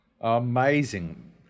Amazing